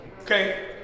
Okay